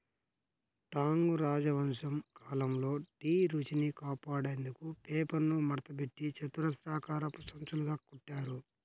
Tang రాజవంశం కాలంలో tea రుచిని కాపాడేందుకు పేపర్ను మడతపెట్టి చతురస్రాకారపు సంచులుగా కుట్టారు